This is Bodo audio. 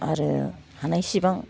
आरो हानाय सिबां